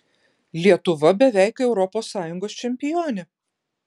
lietuva beveik europos sąjungos čempionė